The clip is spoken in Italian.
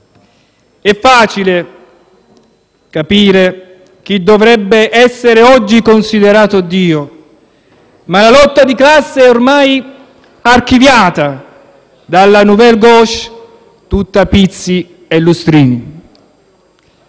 È facile capire chi dovrebbe essere oggi considerato Dio, ma la lotta di classe è ormai archiviata dalla "*nouvelle gauche*" tutta pizzi e lustrini.